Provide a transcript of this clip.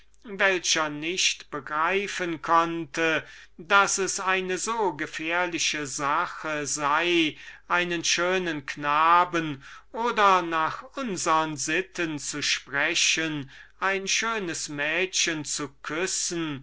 welcher nicht begreifen konnte daß es eine so gefährliche sache sei einen schönen knaben oder nach unsern sitten zu sprechen ein schönes mädchen zu küssen